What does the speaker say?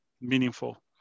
meaningful